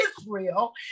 Israel